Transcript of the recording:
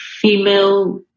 female